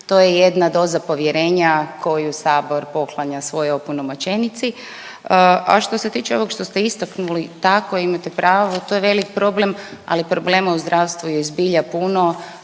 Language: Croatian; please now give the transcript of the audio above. to je jedna doza povjerenja koju sabor poklanja svojoj opunomoćenici. A što se tiče ovog što ste istaknuli, tako imate pravo to je velik problem, ali problema u zdravstvu je zbilja puno.